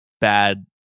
bad